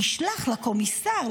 תשלח לקומיסר,